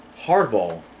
hardball